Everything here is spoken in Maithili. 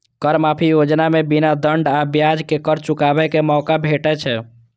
कर माफी योजना मे बिना दंड आ ब्याज के कर चुकाबै के मौका भेटै छै